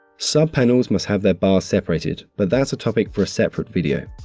sub panels must have their bar separated but that's a topic for a separate video.